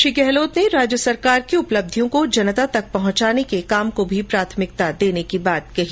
श्री गहलोत ने राज्य सरकार की उपलब्धियों को जनता तक पहंचाने के कार्य को भी प्राथमिकता देने की बात कही